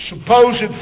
Supposed